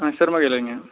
ஆ சிறுமதுரைங்க